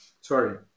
Sorry